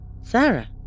Sarah